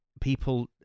people